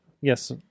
yes